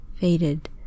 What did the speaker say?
faded